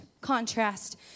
contrast